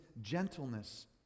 gentleness